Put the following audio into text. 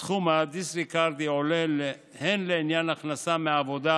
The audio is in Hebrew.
סכום הדיסרגרד יועלה הן לעניין הכנסה מעבודה